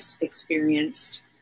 experienced